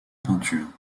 peinture